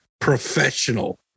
professional